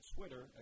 Twitter